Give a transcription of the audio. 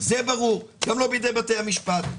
גם לא בידי בית המשפט,